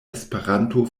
esperanto